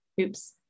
Oops